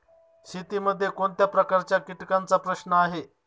शेतीमध्ये कोणत्या प्रकारच्या कीटकांचा प्रश्न आहे?